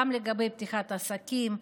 גם לגבי פתיחת עסקים,